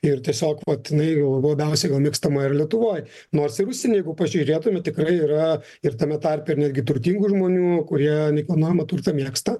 ir tiesiog vat jinai o labiausiai gal mėgstama ir lietuvoj nors ir užsieny jeigu pažiūrėtumėt tikrai yra ir tame tarpe ir netgi turtingų žmonių kurie nekilnojamą turtą mėgsta